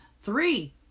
Three